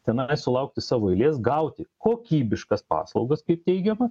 tenai sulaukti savo eilės gauti kokybiškas paslaugas kaip teigiama